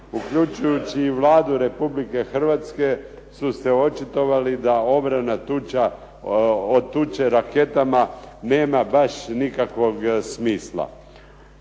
uključujući i Vladu Republike Hrvatske su se očitovali da obrana od tuče raketama nema baš nikakvog smisla.